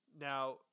Now